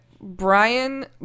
Brian